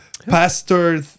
pastor